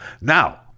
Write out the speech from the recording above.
Now